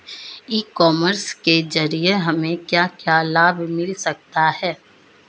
ई commerce के ज़रिए हमें क्या क्या लाभ मिल सकता है?